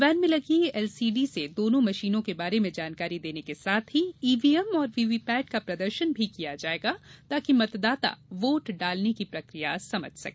van में लगी LCD से दोनों मशीनों के बारे में जानकारी देने के साथ ही ईवीएम और वीवीपैट का प्रदर्शन भी किया जाएगा ताकि मतदाता वोट डालने की प्रकिया समझ सके